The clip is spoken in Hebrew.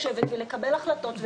לשבת ולקבל החלטות,